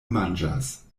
manĝas